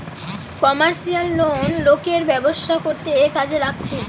commercial loan লোকের ব্যবসা করতে কাজে লাগছে